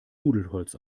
nudelholz